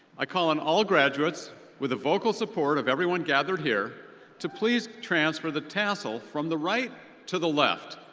i call on all graduates with the vocal support of everyone gathered here to please transfer the tassel from the right to the left.